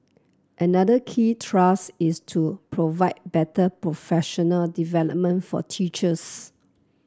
another key thrust is to provide better professional development for teachers